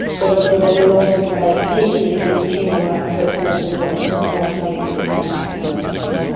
but obviously there's a lot of debate, particularly with human work, that some of the results from the past may be down to contamination.